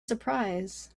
surprise